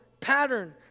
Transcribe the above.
pattern